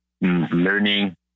learning